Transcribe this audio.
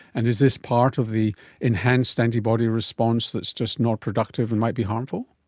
and is this part of the enhanced antibody response that is just not productive and might be harmful?